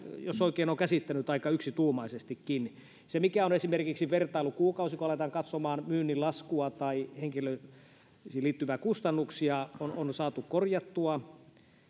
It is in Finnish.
jos oikein olen käsittänyt aika yksituumaisestikin se mikä on esimerkiksi vertailukuukausi kun aletaan katsomaan myynnin laskua tai henkilöihin liittyvä kustannuksia on on saatu korjattua